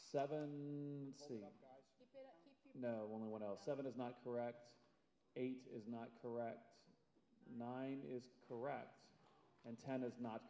seven you know when one else seven is not correct eight is not correct nine is correct and ten is not